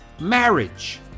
marriage